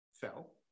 fell